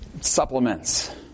supplements